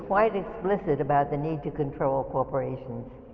quite explicit about the need to control corporations,